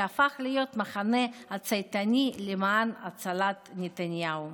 שהפך להיות המחנה הצייתני למען הצלת נתניהו.